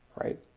right